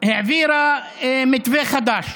העבירה מתווה חדש,